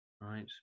right